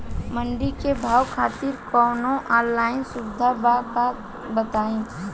मंडी के भाव खातिर कवनो ऑनलाइन सुविधा बा का बताई?